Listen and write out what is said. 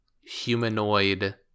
humanoid